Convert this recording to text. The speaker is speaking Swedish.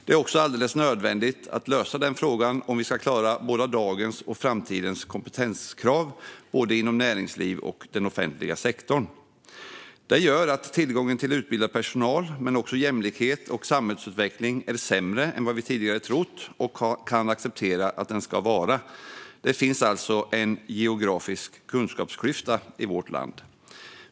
Det är också alldeles nödvändigt att lösa denna fråga om vi ska klara dagens och framtidens kompetenskrav, både i näringslivet och i den offentliga sektorn. Tillgången till utbildad personal, men också jämlikhet och samhällsutveckling, är sämre än vi tidigare trott och kan acceptera. Det finns alltså en geografisk kunskapsklyfta i vårt land.